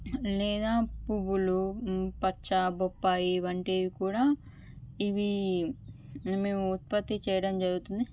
లేదా పువ్వులు పచ్చ బొప్పాయి వంటివి కూడా ఇవి మేము ఉత్పత్తి చేయడం జరుగుతుంది